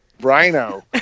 Rhino